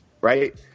right